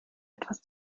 etwas